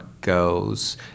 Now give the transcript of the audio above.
goes